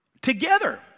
together